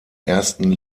ersten